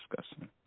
discussing